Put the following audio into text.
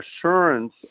assurance